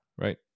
right